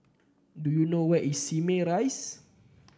do you know where is Simei Rise